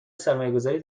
سرمایهگذاری